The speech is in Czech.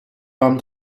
vám